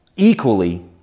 Equally